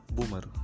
Boomer